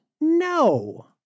No